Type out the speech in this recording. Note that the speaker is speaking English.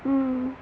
mmhmm